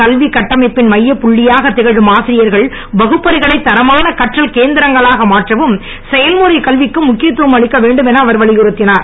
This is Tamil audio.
கல்வி கட்டமைப்பின் மையப்புள்ளியாக திகழும் ஆசிரியர்கள் வகுப்பறைகளை தரமான கற்றல் கேந்திரங்களாக மாற்றவும் செயல்முறை கல்விக்கும் முக்கியத்துவம் அளிக்க வேண்டும் என அவர் வலியுறுத்தினார்